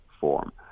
form